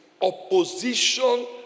opposition